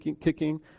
kicking